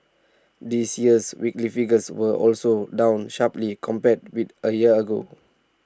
this year's weekly figures were also down sharply compared with A year ago